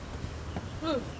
!eww! eh